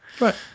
Right